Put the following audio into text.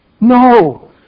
No